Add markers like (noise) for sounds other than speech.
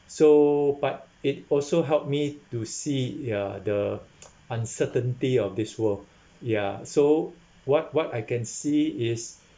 so but it also helped me to see ya the (noise) uncertainty of this world (breath) ya so what what I can see is (breath)